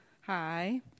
hi